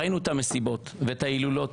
ראינו את המסיבות ואת ההילולות,